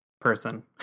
person